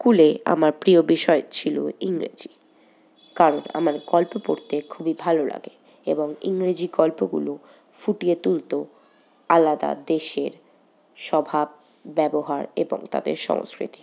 স্কুলে আমার প্রিয় বিষয় ছিল ইংরেজি কারণ আমার গল্প পড়তে খুবই ভালো লাগে এবং ইংরেজি গল্পগুলো ফুটিয়ে তুলত আলাদা দেশের স্বভাব ব্যবহার এবং তাদের সংস্কৃতি